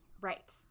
Right